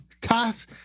toss